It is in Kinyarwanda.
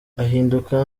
ahinduka